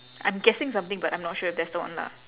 I'm guessing something but I'm not sure if that's the one lah